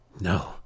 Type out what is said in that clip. No